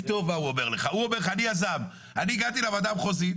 הוא אומר: אני יזם ואני הגעתי לוועדה המחוזית,